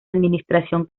administración